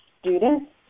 students